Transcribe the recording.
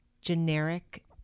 generic